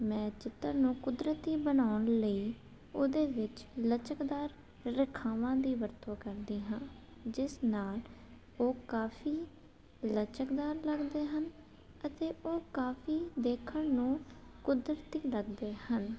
ਮੈਂ ਚਿੱਤਰ ਨੂੰ ਕੁਦਰਤੀ ਬਣਾਉਣ ਲਈ ਉਹਦੇ ਵਿੱਚ ਲਚਕਦਾਰ ਰੇਖਾਵਾਂ ਦੀ ਵਰਤੋਂ ਕਰਦੇ ਹਾਂ ਜਿਸ ਨਾਲ ਉਹ ਕਾਫ਼ੀ ਲਚਕਦਾਰ ਲੱਗਦੇ ਹਨ ਅਤੇ ਉਹ ਕਾਫ਼ੀ ਦੇਖਣ ਨੂੰ ਕੁਦਰਤੀ ਲੱਗਦੇ ਹਨ